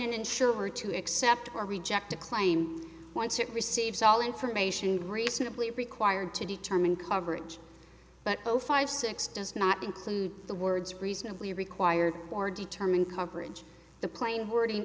insurer to accept or reject a claim once it receives all information reasonably required to determine coverage but no five six does not include the words reasonably required or determine coverage the plain wording